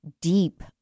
deep